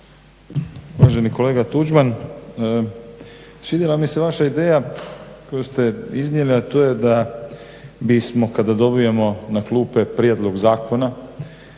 Uvaženi kolega Tuđman, svidjela mi se vaša ideja koju ste iznijeli a to je da bismo kada dobijemo na klupe prijedlog zakona